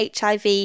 HIV